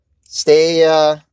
Stay